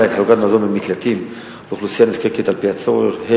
חלוקת מזון במקלטים לאוכלוסייה נזקקת על-פי הצורך,